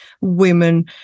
women